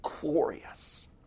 glorious